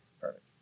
Perfect